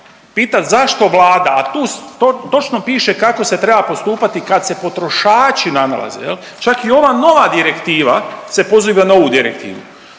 pitam zašto Vlada, a tu točno piše kako se treba postupati kad se potrošači nalaze jel, čak i ova nova direktiva se poziva na ovu direktivu,